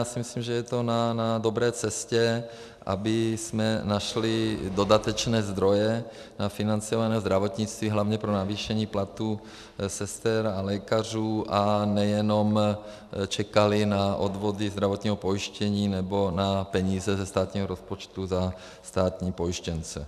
Já si myslím, že to je na dobré cestě, abychom našli dodatečné zdroje na financování zdravotnictví, hlavně pro navýšení platů sester a lékařů, a nejenom čekali na odvody zdravotního pojištění nebo na peníze ze státního rozpočtu za státní pojištěnce.